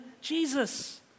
Jesus